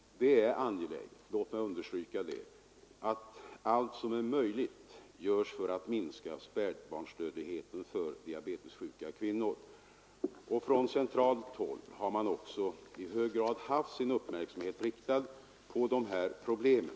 Det är angeläget — låt mig understryka det — att allt som är möjligt görs för att minska spädbarnsdödligheten för diabetessjuka kvinnor. Från centralt håll har man också i hög grad haft sin uppmärksamhet riktad på de här problemen.